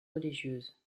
religieuse